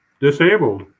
disabled